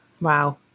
Wow